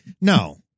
No